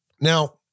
Now-